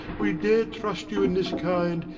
we dare trust you in this kind,